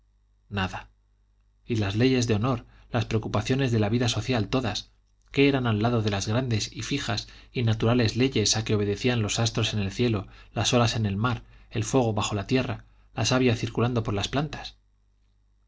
nada y las leyes de honor las preocupaciones de la vida social todas qué eran al lado de las grandes y fijas y naturales leyes a que obedecían los astros en el cielo las olas en el mar el fuego bajo la tierra la savia circulando por las plantas